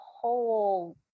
whole